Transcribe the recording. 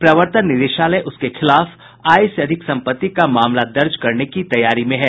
प्रवर्तन निदेशालय उसके खिलाफ आय से अधिक संपत्ति का मामला दर्ज करने की तैयारी में है